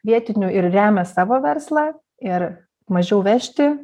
vietinių ir remia savo verslą ir mažiau vežti